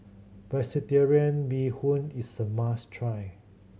Vegetarian Bee Hoon is a must try